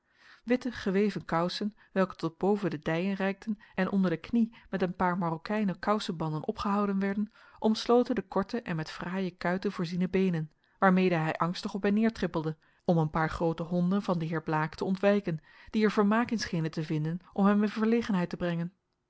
witte geweven kousen welke tot boven de dijen reikten en onder de knie met een paar marokijnen kousebanden opgehouden werden omsloten de korte en met fraaie kuiten voorziene beenen waarmede hij angstig op en neder trippelde om een paar groote honden van den heer blaek te ontwijken die er vermaak in schenen te vinden om hem in verlegenheid te brengen